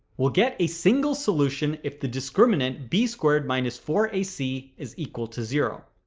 we'll get a single solution if the discriminant b squared minus four ac is equal to zero.